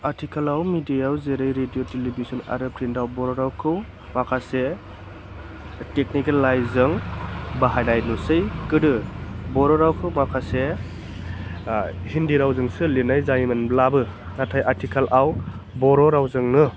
आथिखालाव मेडियाआव जेरै रेडिअ टेलिभिसन आरो प्रिन्टआव बर' रावखौ माखासे टेकनिकेल लाइनजों बाहायनाय नुसै गोदो बर' रावखौ माखासे हिन्दी रावजोंसो लिरनाय जायोमोनब्लाबो नाथाइ आथिखालाव बर' रावजोंनो